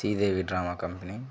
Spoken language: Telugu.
Sridevi drama company